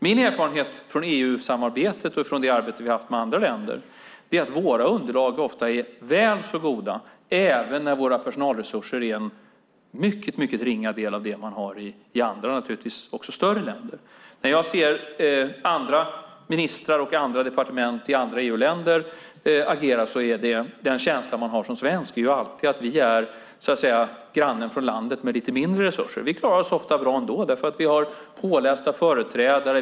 Min erfarenhet från EU-samarbetet och det arbete vi har haft med andra länder är att våra underlag ofta är väl så goda även när våra personalresurser är en mycket ringa del av det man har i andra, också större, länder. När jag ser andra ministrar och andra departement i andra EU-länder agera är den känsla jag har som svensk alltid att vi är grannen från landet med lite mindre resurser. Vi klarar oss ofta bra ändå därför att vi har pålästa företrädare.